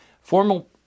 Formal